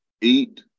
eat